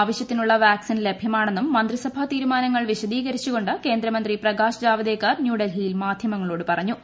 ആവശ്യത്തിനുള്ള വാക്സിൻ ലഭൃമാണെന്നും മന്ത്രിസഭാ തീരുമാനങ്ങൾ വിശദീകരിച്ചുകൊണ്ട് കേന്ദ്രമന്ത്രി പ്രകാശ് ജാവദേക്കർ ന്യൂഡൽഹിയിൽ മാധ്യമങ്ങളോട് പറഞ്ഞു